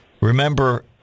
Remember